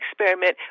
experiment